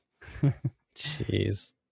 Jeez